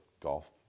golf